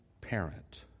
parent